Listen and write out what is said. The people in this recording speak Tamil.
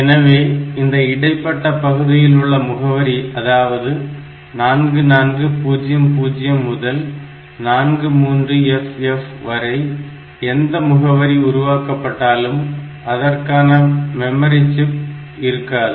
எனவே இந்த இடைப்பட்ட பகுதியில் உள்ள முகவரி அதாவது 4400 முதல் 43FF வரை எந்த முகவரி உருவாக்கப்பட்டாலும் அதற்கான மெமரி சிப் இருக்காது